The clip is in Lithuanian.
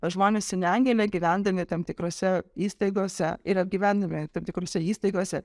žmonės su negime gyvendami tam tikrose įstaigose ir apgyvendinami tam tikrose įstaigose